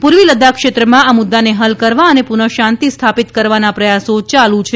પૂર્વી લદાખ ક્ષેત્રમાં આ મુદ્દાને હલ કરવા અને પુનઃ શાંતિ સ્થાપિત કરવાના પ્રયાસો ચાલુ છે